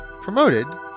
promoted